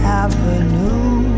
avenue